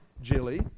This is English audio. Jilly